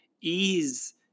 ease